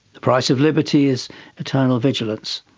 the price of liberty is eternal vigilance,